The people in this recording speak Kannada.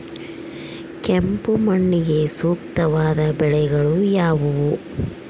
ಕೆಂಪು ಮಣ್ಣಿಗೆ ಸೂಕ್ತವಾದ ಬೆಳೆಗಳು ಯಾವುವು?